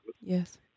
Yes